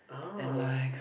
ahh